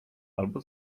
albo